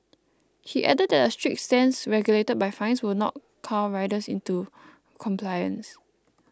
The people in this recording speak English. he added that a strict stance regulated by fines will not cow riders into compliance